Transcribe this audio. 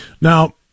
Now